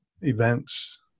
events